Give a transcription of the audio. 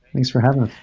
thanks for having